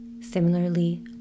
Similarly